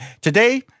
Today